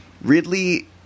Ridley